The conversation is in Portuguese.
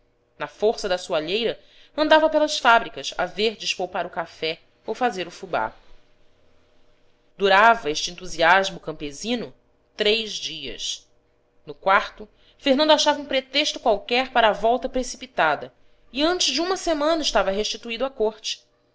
na força da soalheira andava pelas fábricas a ver despolpar o café ou fazer o fubá durava este entusiasmo campesino três dias no quarto fernando achava um pretexto qualquer para a volta precipitada e antes de uma semana estava restituído à corte